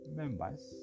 members